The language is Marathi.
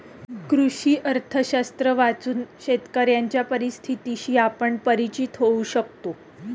कृषी अर्थशास्त्र वाचून शेतकऱ्यांच्या परिस्थितीशी आपण परिचित होऊ शकतो